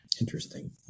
Interesting